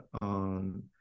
on